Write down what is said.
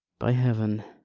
by heaven,